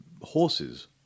horses